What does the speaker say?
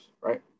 right